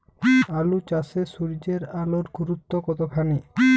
আলু চাষে সূর্যের আলোর গুরুত্ব কতখানি?